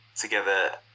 together